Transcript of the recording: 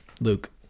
Luke